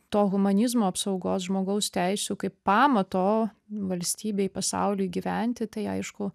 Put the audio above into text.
to humanizmo apsaugos žmogaus teisių kaip pamato valstybei pasauliui gyventi tai aišku